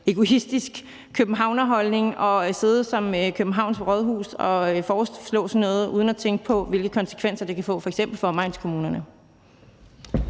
egoistisk københavnerholdning at sidde på Københavns Rådhus og foreslå sådan noget uden at tænke på, hvilke konsekvenser det kan få, f.eks. for omegnskommunerne.